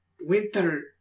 Winter